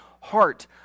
heart